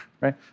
right